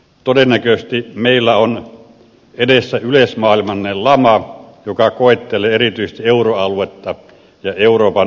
todennäköisesti meillä on edessä yleismaailmallinen lama joka koettelee erityisesti euroaluetta ja euroopan unionia